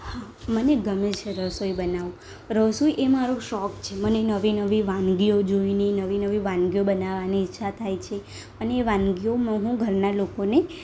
હા મને ગમે છે રસોઈ બનાવવું રસોઈ એ મારો શોખ છે મને નવી નવી વાનગીઓ જોઈને નવી નવી વાનગીઓ બનાવવાની ઈચ્છા થાય છે અને એ વાનગીઓમાં હું ઘરનાં લોકોને